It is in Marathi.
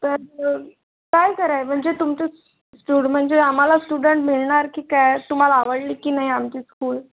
तर काही कराय म्हणजे तुमचं टूर म्हणजे आम्हाला स्टुडन्ट मिळणार की काय तुम्हाला आवडली की नाही आमची स्कूल